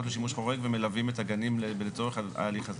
לשימוש חורג ומלווים את הגנים לצורך ההליך הזה.